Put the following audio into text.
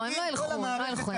כי אם כל המערכת,